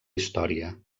història